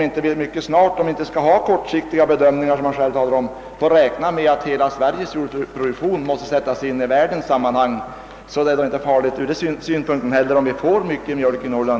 Får vi inte snart räkna med — om vi nu, som jordbruksnministern säger, skall avstå från kortfristiga bedömningar — att hela Sveriges jordbruksproduktion måste sättas in i ett världssammanhang? Ur den synpunkten är det väl alltså inte så farligt om det nu produceras mycket mjölk i Norrland.